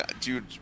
dude